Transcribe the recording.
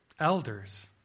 Elders